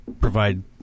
provide